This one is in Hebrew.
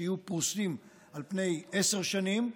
שיהיו פרוסים על פני עשר שנים,